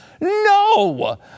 No